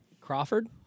Crawford